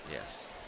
Yes